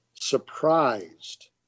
surprised